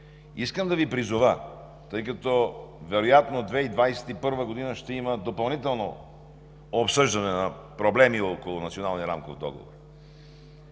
Искам да Ви призова, тъй като вероятно през 2021 г. ще има допълнително обсъждане на проблеми около